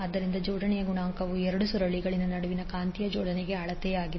ಆದ್ದರಿಂದ ಜೋಡಣೆಯ ಗುಣಾಂಕವು ಎರಡು ಸುರುಳಿಗಳ ನಡುವಿನ ಕಾಂತೀಯ ಜೋಡಣೆಯ ಅಳತೆಯಾಗಿದೆ